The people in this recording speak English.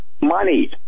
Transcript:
money